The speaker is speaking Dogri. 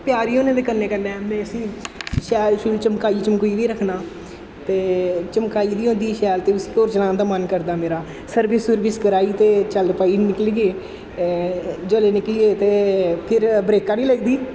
प्यारी होने दे कन्नै कन्नै में उस्सी शैल शूल चमकाई चमकूइयै रक्खनां ते चमकाई दी होंदी शैल ते उस्सी होर चलान दा मन करदा मेरा सर्विस सुर्विस कराई ते चल भाई निकली गे जोल्लै निकली गे ते फिर ब्रेकां निं लगदी